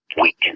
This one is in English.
weak